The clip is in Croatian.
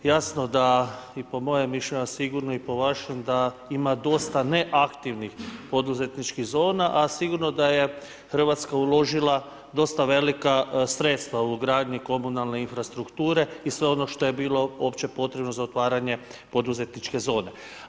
Jasno da i po mojem mišljenju, a sigurno i po vašem da ima dosta neaktivnih poduzetničkih zona, a sigurno da je Hrvatska uložila dosta velika sredstva u gradnji komunalne infrastrukture i sve ono što je bilo uopće potrebno za otvaranje poduzetničke zone.